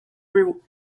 reward